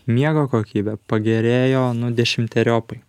miego kokybė pagerėjo nu dešimteriopai